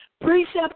precept